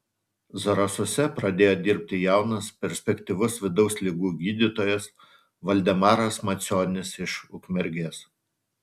zarasuose pradėjo dirbti jaunas perspektyvus vidaus ligų gydytojas valdemaras macionis iš ukmergės